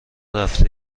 رفته